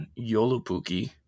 Yolupuki